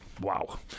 Wow